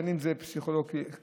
בין אם זה לפסיכולוג קליני,